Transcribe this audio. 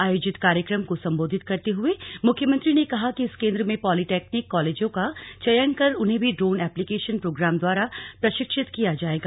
आयोजित कार्यक्रम को संबोधित करते हए मुख्यमंत्री ने कहा कि इस केंद्र में पॉलीटेक्निक कॉलेजों का चयन कर उन्हें भी ड्रोन एप्लीकेशन प्रोग्राम द्वारा प्रशिक्षित किया जाएगा